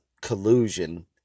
collusion